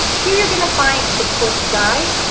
here you're gonna find the course guide.